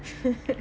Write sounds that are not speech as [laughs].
[laughs]